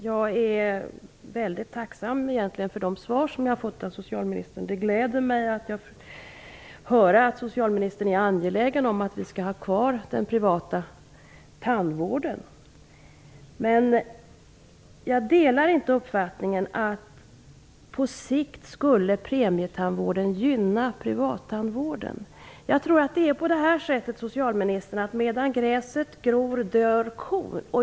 Herr talman! Jag är mycket tacksam för de svar som jag har fått av socialministern. Det gläder mig att höra att socialministern är angelägen om att vi skall ha kvar den privata tandvården. Jag delar dock inte uppfattningen att premietandvården på sikt skulle gynna privattandvården. Jag tror att det är så, socialministern, att medan gräset gror, dör kon.